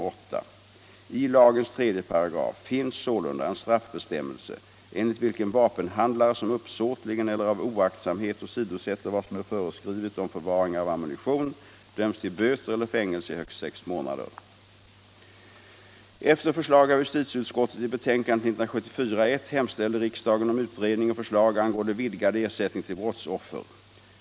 — Nr 32 I lagens 3 § finns sålunda en straffbestämmelse enligt vilken vapenhandlare som uppsåtligen eller av oaktsamhet åsidosätter vad som är föreskrivet om förvaring av ammunition döms till böter eller fängelse i högst sex månader. Om regeringens Efter förslag av justitieutskottet i betänkandet 1974:1 hemställde riks — åtgärder med dagen om utredning och förslag angående vidgad ersättning till brotts — anledning av vissa offer.